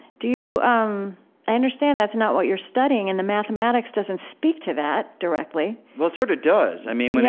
do you um i understand that's not what you're studying, and the mathematics doesn't speak to that directly well, it sort of does. i mean,